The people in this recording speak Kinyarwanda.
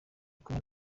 kumwe